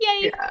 yay